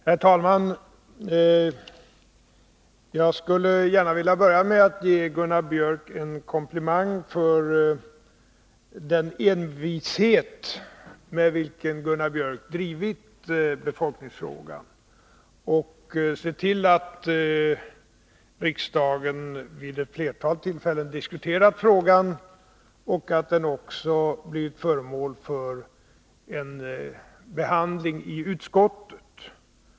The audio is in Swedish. Herr talman! Jag skulle gärna vilja börja med att ge Gunnar Biörck i Värmdö en komplimang för den envishet med vilken Gunnar Biörck drivit befolkningsfrågan och sett till att riksdagen vid ett flertal tillfällen diskuterat frågan och att frågan också blivit föremål för en behandling i utskottet.